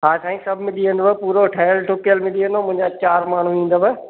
हा साईं सभु मिली वेंदव पूरो ठहियलु ठूकियल मिली वेंदो मुंहिंजा चारि माण्हू ईंदव